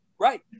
Right